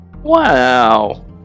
Wow